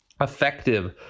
effective